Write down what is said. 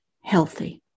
healthy